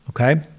okay